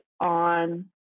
on